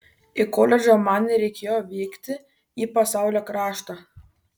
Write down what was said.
į koledžą man nereikėjo vykti į pasaulio kraštą